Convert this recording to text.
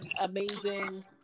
amazing